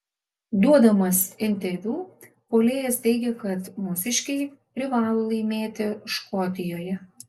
duodamas interviu puolėjas teigė kad mūsiškiai privalo laimėti škotijoje